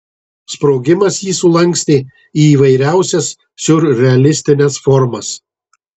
sprogimas jį sulankstė į įvairiausias siurrealistines formas